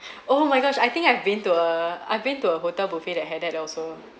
oh my gosh I think I've been to a I've been to a hotel buffet that had that also